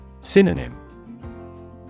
Synonym